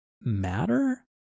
matter